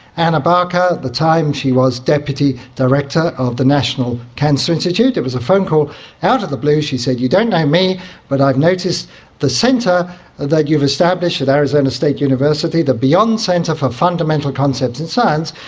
anna barker. at the time she was deputy director of the national cancer institute. it was a phone call out of the blue, she said, you don't know me but i've noticed the centre that you've established at arizona state university, the beyond centre for fundamental concepts in science,